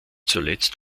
zuletzt